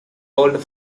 old